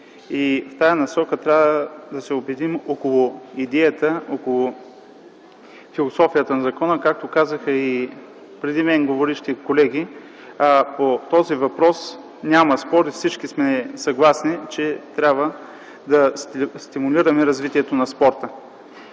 В тази насока трябва да се обединим около идеята и философията на законопроекта, както казаха и говорилите преди мен колеги. По този въпрос няма спор и всички сме съгласни, че трябва да стимулираме развитието на спорта.